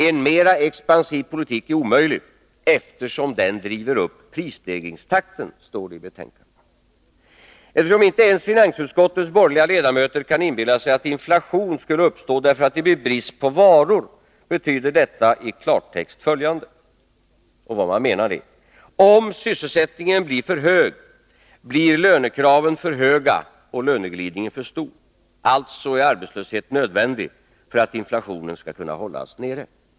En mera expansiv politik är omöjlig eftersom den driver upp prisstegringstakten, står det i betänkandet. Eftersom inte ens finansutskottets borgerliga ledamöter kan inbilla sig att inflation skulle uppstå därför att det blir brist på varor, betyder detta i klartext följande: Om sysselsättningen blir för hög, blir lönekraven för höga och löneglidningen för stor. Alltså är arbetslöshet nödvändig för att inflationen skall kunna hållas nere.